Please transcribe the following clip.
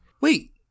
Wait